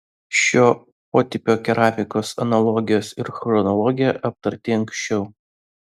šio potipio keramikos analogijos ir chronologija aptarti anksčiau